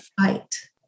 fight